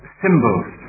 symbols